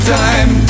time